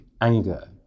anger